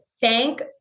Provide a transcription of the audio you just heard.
Thank